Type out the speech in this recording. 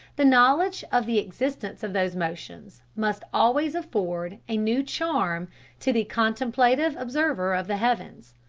the knowledge of the existence of those motions must always afford a new charm to the contemplative observer of the heavens,